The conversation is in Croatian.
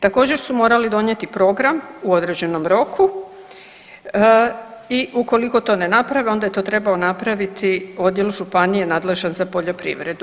Također su morali donijeti program u određenom roku i ukoliko to ne naprave onda je to trebao napraviti odjel županije nadležan za poljoprivredu.